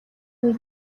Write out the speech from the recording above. үед